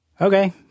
okay